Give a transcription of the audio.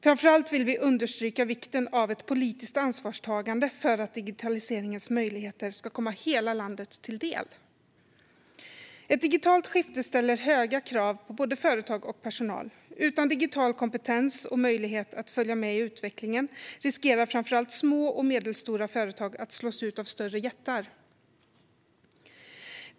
Framför allt vill vi understryka vikten av ett politiskt ansvarstagande för att digitaliseringens möjligheter ska komma hela landet till del. Ett digitalt skifte ställer höga krav på både företag och personal. Utan digital kompetens och möjlighet att följa med i utvecklingen riskerar framför allt små och medelstora företag att slås ut av större jättar.